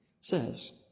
says